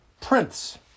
prince